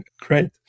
great